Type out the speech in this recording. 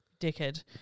dickhead